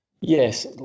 Yes